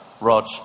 Rog